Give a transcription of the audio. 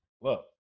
look